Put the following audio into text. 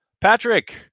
Patrick